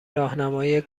راهنمای